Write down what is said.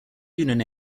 union